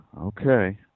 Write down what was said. Okay